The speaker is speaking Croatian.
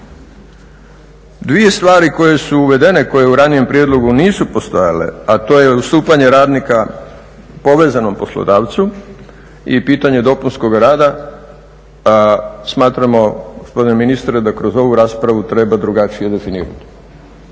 Dvije stvari koje su uvedene koje u ranijem prijedlogu nisu postojale, a to je ustupanje radnika povezanom poslodavcu i pitanje dopunskoga rada, smatramo gospodine ministre da kroz ovu raspravu treba drugačije definirati